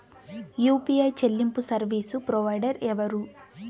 UPI చెల్లింపు service provider ఎవరు?